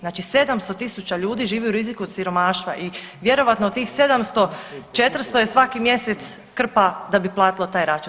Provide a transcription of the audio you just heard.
Znači 700 000 ljudi živi u riziku od siromaštva i vjerojatno od tih 700, 400 svaki mjesec krpa da bi platilo taj račun.